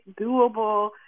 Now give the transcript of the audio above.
doable